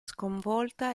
sconvolta